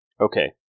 Okay